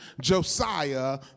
Josiah